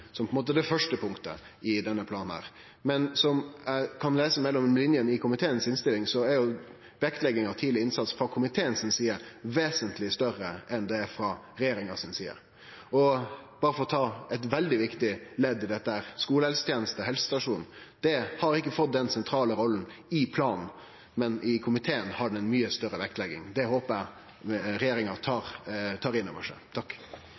eg kan lese mellom linjene i komiteens innstilling, er vektlegginga av tidleg innsats frå komiteen si side vesentleg større enn ho er frå regjeringa si side. Berre for å ta eit veldig viktig ledd i dette: Skolehelseteneste og helsestasjonar har ikkje fått den sentrale rolla i planen, men i komiteen er det blitt mykje meir vektlagt. Det håper eg regjeringa tar inn over seg.